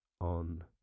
on